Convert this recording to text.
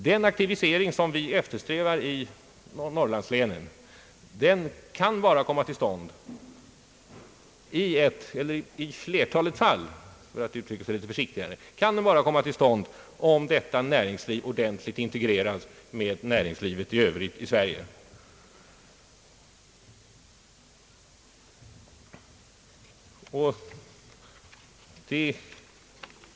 Den aktivisering som vi eftersträvar i norrlandslänen kan i flertalet fall bara komma till stånd om detta näringsliv ordentligt integreras med näringslivet i Övrigt i Sverige.